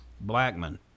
Blackman